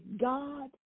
God